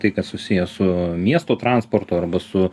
tai kas susiję su miesto transportu arba su